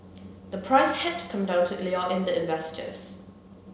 the price had to come down to lure in the investors